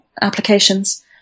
applications